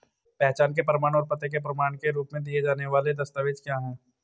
पहचान के प्रमाण और पते के प्रमाण के रूप में दिए जाने वाले दस्तावेज क्या हैं?